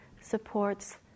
supports